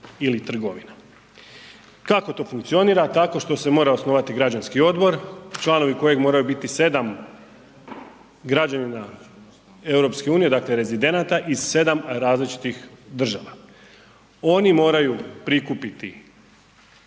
Kako to funkcionira? Tako što se mora osnovati građanski odbor, članovi kojeg moraju biti 7 građevina EU, dakle rezidenata i 7 različitih država. Oni moraju prikupiti